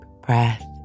breath